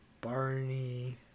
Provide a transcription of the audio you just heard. Barney